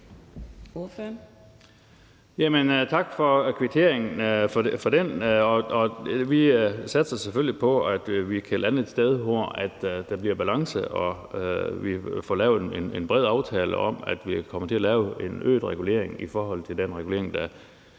for det, og vi satser selvfølgelig på, at vi kan lande et sted, hvor der bliver balance, og hvor vi får lavet en bred aftale om, at vi kommer til at lave en øget regulering i forhold til den regulering, der